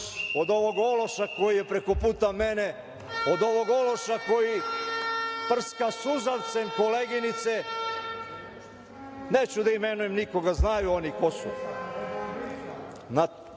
od ovog ološa koji je preko puta mene, od ovog ološa koji prska suzavcem koleginice. Neću da imenujem nikoga, znaju oni ko